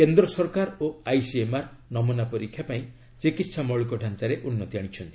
କେନ୍ଦ୍ର ସରକାର ଓ ଆଇସିଏମ୍ଆର୍ ନମୁନା ପରୀକ୍ଷା ପାଇଁ ଚିକିତ୍ସା ମୌଳିକଢାଞ୍ଚାରେ ଉନ୍ନତି ଆଣିଛନ୍ତି